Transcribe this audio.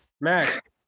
Mac